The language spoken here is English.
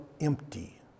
empty